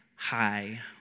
Hi